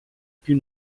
più